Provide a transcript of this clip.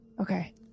Okay